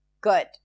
Good